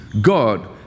God